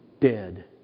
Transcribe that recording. dead